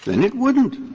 and it wouldn't.